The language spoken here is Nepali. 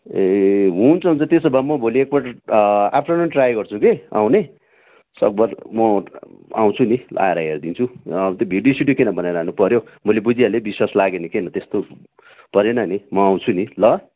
ए हुन्छ हुन्छ त्यसो भए म भोलि एकपल्ट आफटरनून ट्राई गर्छु कि आउने सकभर म आउँछु नि आएर हेरिदिन्छु भिडियो सिडियो किन बनाइरहनु पऱ्यो मैले बुझिहालेँ विश्वास लाग्यो नि किन त्यस्तो परेन नि म आउँछु नि ल